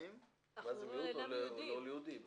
מדברים על מיעוט או על לא-יהודים?